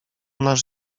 nasz